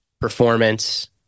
performance